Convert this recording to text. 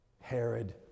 Herod